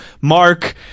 Mark